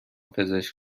پزشک